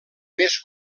més